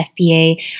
FBA